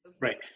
Right